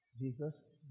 Jesus